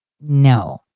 no